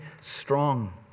strong